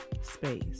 space